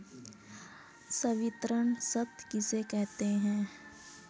संवितरण शर्त किसे कहते हैं?